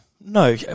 No